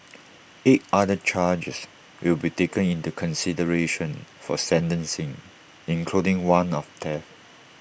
eight other charges will be taken into consideration for sentencing including one of theft